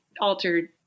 altered